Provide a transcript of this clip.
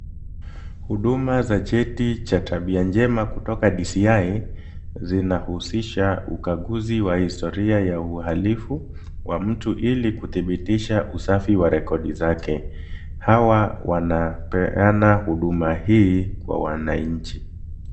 Huduma za cheti cha tabia njema kutoka DCI, zinahusisha ukaguzi wa historia ya uhalifu wa mtu, ili kudhibitisha usafi wa rekodi zake. Hawa wanapeana huduma hii kwa wananchi.